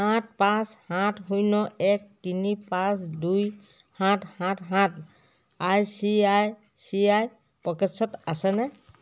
সাত পাঁচ সাত শূন্য এক তিনি পাঁচ দুই সাত সাত সাত I C I C I পকেটছত আছেনে